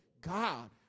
God